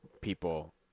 people